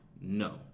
No